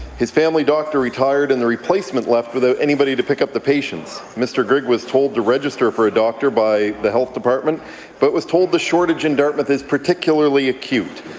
his family doctor retired and the replacement left without anybody to pick up the patients. mr. grigg was told to register for a doctor by the health department but was told the shortage in dartmouth is particularly acute.